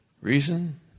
Reason